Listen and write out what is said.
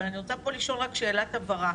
אבל אני רוצה לשאול שאלת הבהרה.